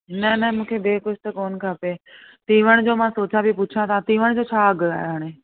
न न मूंखे ॿिए कुझ त कोन खपे तीवण जो मां सोचा थी पुछा तव्हांखां तीवण जो छा अघु आहे हाणे